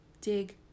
dig